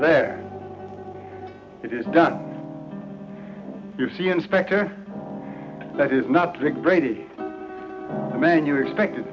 there it is done you see inspector that is not drink brady the man you're expected